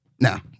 Now